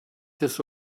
this